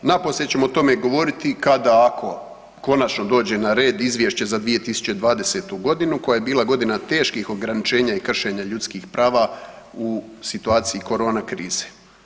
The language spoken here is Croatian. Napose ćemo o tome govoriti kada, ako konačno dođe na red Izvješće za 2020. godinu koja je bila godina teških ograničenja i kršenja ljudskih prava u situaciji corona krize.